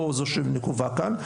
לא זו שנקובה כאן,